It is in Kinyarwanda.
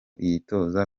yitoza